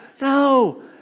No